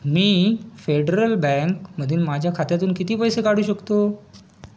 मी federal बँकमधील माझ्या खात्यातून किती पैसे काढू शकतो